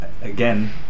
again